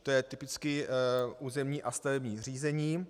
To je typicky územní a stavební řízení.